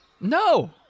No